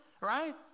Right